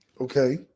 Okay